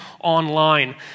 online